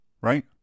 Right